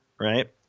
right